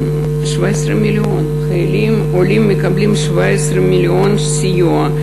חיילים עולים מקבלים 17 מיליון סיוע.